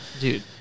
dude